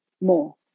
More